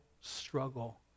struggle